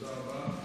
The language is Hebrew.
תודה רבה.